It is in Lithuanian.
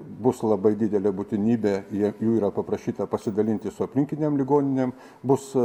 bus labai didelė būtinybė jie jų yra paprašyta pasidalinti su aplinkinėm ligoninėm bus